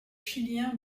chilien